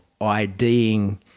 IDing